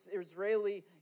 Israeli